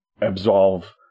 absolve